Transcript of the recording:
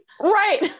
right